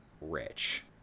rich